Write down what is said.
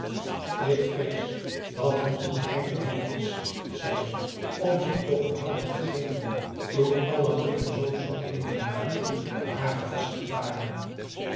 ik vrees dat het een ijdele hoop is zei ze om zich toch een houding te geven toen alle blikken zoo zonderling meewarig op haar gevestigd waren